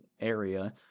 area